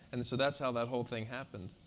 and so that's how that whole thing happened.